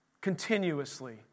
Continuously